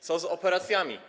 Co z operacjami?